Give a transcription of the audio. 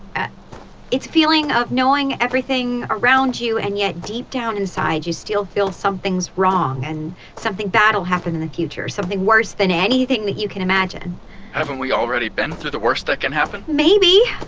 it's feeling of knowing everything around you, and yet deep down inside you still feel something's wrong, and something bad will happen in the future something worse than anything that you can imagine haven't we already been through the worst that can happen? maybe.